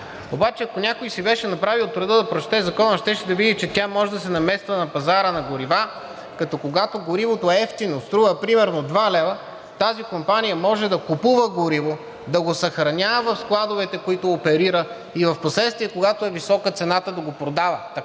Ако някой си беше направил труда да прочете закона, щеше да види, че тя може да се намесва на пазара на горива, когато горивото е евтино, струва примерно 2 лв., тази компания може да купува гориво, да го съхранява в складовете, които оперира, и впоследствие, когато е висока цената, да го продава.